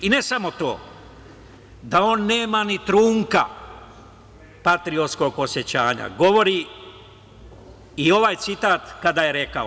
I ne samo to, da on nema ni trunke patriotskog osećanja, govori i ovaj citat kada je rekao.